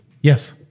Yes